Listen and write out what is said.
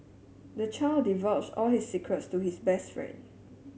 the child divulged all his secrets to his best friend